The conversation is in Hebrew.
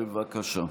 בבקשה,